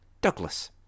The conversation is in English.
Douglas